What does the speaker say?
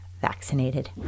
vaccinated